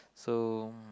so